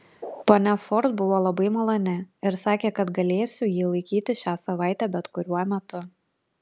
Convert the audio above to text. ponia ford buvo labai maloni ir sakė kad galėsiu jį laikyti šią savaitę bet kuriuo metu